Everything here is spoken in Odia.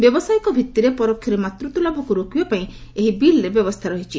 ବ୍ୟବସାୟୀକ ଭିତ୍ତିରେ ପରୋକ୍ଷରେ ମାତୃତ୍ୱ ଲାଭକୁ ରୋକିବା ପାଇଁ ଏହି ବିଲ୍ରେ ବ୍ୟବସ୍ଥା ରହିଛି